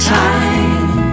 time